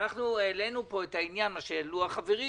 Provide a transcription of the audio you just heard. אנחנו העלינו את העניין שהעלו החברים,